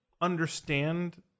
understand